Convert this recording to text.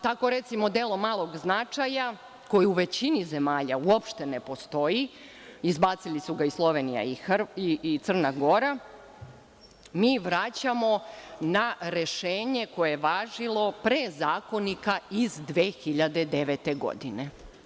Tako, recimo, delo malog značaja, koji u većini zemalja uopšte ne postoji, izbacili su ga i Slovenija i Crna Gora, mi vraćamo na rešenje koje je važilo pre zakonika iz 2009. godine.